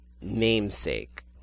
namesake